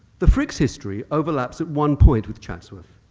the frick's history overlaps at one point with chatsworth.